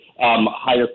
higher